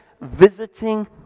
visiting